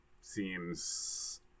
seems